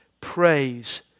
Praise